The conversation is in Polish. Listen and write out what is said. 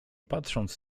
patrząc